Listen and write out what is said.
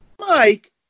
Mike